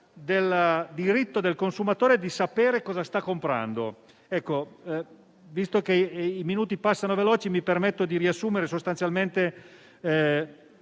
del diritto del consumatore per sapere cosa sta comprando. Ecco, visto che i minuti passano veloci, mi permetto di riassumere sostanzialmente